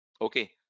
okay